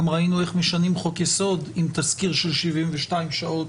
ראינו איך משנים חוק יסוד עם תזכיר של 72 שעות,